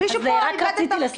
מישהו פה מתרשל